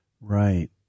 right